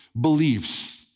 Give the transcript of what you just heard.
beliefs